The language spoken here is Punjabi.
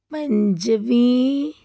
ਪੰਜਵੀਂ